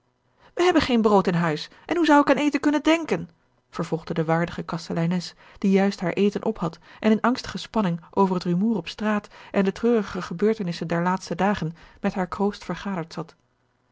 wij hebben geen brood in huis en hoe zou ik aan eten kunnen denken vervolgde de waardige kasteleines die juist haar eten op had en in angstige spanning over het rumoer op straat en de treurige gebeurtenissen der laatste dagen met haar kroost vergaderd zat